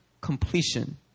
completion